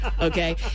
okay